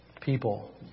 people